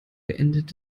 beendet